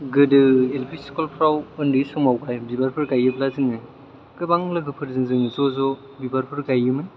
गोदो L P स्कुलफ्राव बिबारफोर गायोब्ला जोङो गोबां लोगोफोरजों जों ज' ज' बिबारफोर गायोमोन